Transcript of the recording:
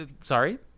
Sorry